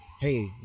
hey